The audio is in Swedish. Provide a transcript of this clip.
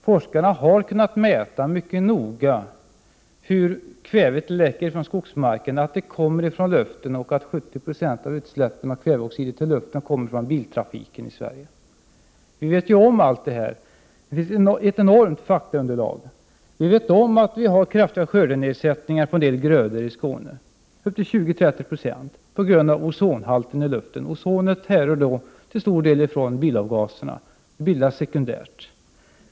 Forskarna har mycket noga kunnat mäta hur kvävet läcker ut ifrån skogsmarkerna och att det kommer ifrån luften. De har klarlagt att 70 20 av utsläppen av kväveoxider till luften kommer från biltrafiken i Sverige. Allt detta vet vi. Det finns ett enormt faktaunderlag. Vi vet om att vi har kraftiga skördenedskärningar av en del grödor i Skåne — upp till 20-30 96 — på grund av ozonhalten i luften. Vi vet också att ozonet till stor del härrör ifrån bilavgaserna och bildas sekundärt.